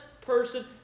person